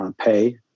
pay